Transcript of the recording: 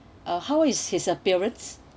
uh how is his appearance